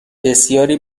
بسیاری